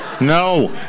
No